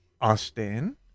austin